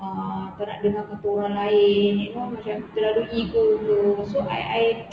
uh tak nak dengar kata orang lain you know macam terlalu ego ke so I